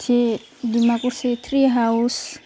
Dimakuchi tree house